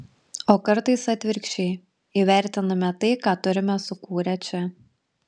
o kartais atvirkščiai įvertiname tai ką turime sukūrę čia